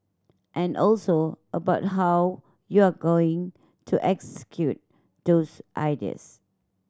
and also about how you're going to execute those ideas